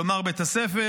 כלומר בית הספר,